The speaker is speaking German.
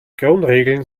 grundregeln